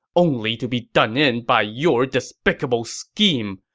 only to be done in by your despicable scheme!